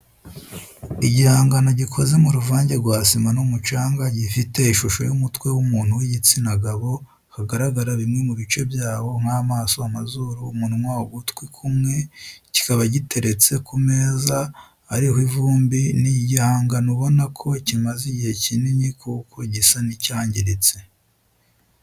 Igihangano gikoze mu ruvange rwa sima n'umucanga gifite ishusho y'umutwe w'umuntu w'igitsina gabo hagaragara bimwe mu bice byawo nk'amaso amazuru, umunwa ugutwi kumwe kikaba giteretse ku meza ariho ivumbi ni igihangano ubona ko kimaze igihe kinini kuko gisa n'icyangiritse